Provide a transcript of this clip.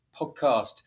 Podcast